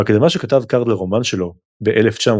בהקדמה שכתב קארד לרומן שלו ב־1991,